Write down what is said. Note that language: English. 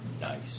Nice